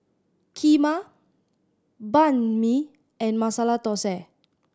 Kheema Banh Mi and Masala Dosa